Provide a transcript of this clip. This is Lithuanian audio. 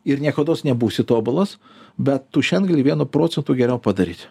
ir niekados nebūsi tobulas bet tu šiandien gali vienu procentu geriau padaryt